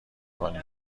کنی